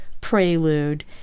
prelude